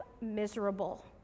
miserable